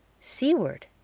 Seaward